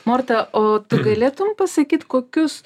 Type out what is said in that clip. morta o tu galėtum pasakyt kokius